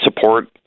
support